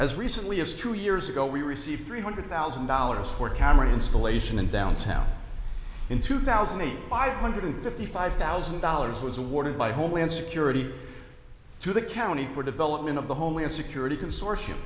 as recently as two years ago we received three hundred thousand dollars for camera installation in downtown in two thousand and five hundred fifty five thousand dollars was awarded by homeland security through the county for development of the homeland security consortium